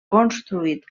construït